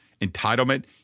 entitlement